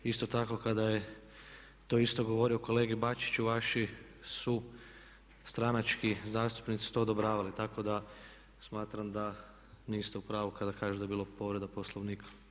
Isto tako kada je to isto govorio kolegi Bačiću, vaši su stranački zastupnici to odobravali, tako da smatram da niste u pravu kada kažete da je bila povreda Poslovnika.